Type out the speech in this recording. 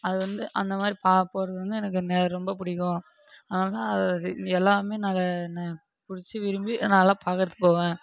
அது வந்து அந்தமாதிரி பார்க்க போகிறது வந்து எனக்கு நெ ரொம்ப பிடிக்கும் ஆனால் எல்லாமே நாங்கள் நான் பிடிச்சி விரும்பி நான்லான் பார்க்குறதுக்கு போவேன்